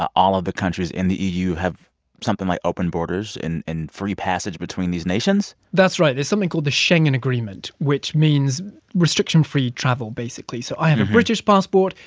ah all of the countries in the eu have something like open borders and and free passage between these nations? that's right. there's something called the schengen agreement, which means restriction-free travel, basically. so i have a british passport.